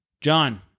John